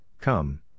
Come